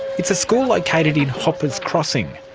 it's a school located in hoppers crossing,